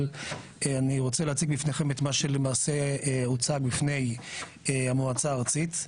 אבל אני רוצה להציג בפניכם את מה שהוצג בפני המועצה הארצית,